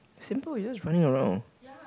simple you just running around